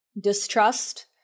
distrust